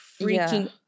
freaking